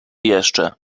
jeszcze